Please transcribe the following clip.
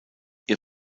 ihr